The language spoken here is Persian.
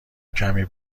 کمی